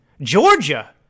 Georgia